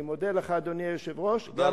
אני מודה לך, אדוני היושב-ראש, תודה רבה.